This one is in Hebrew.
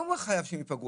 לא חייב שהם ייפגעו,